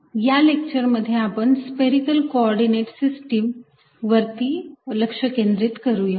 या लेक्चरमध्ये आपण स्पेरिकेल कोऑर्डिनेट सिस्टीम वरती लक्ष केंद्रित करूया